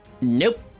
Nope